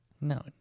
No